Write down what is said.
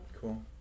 Cool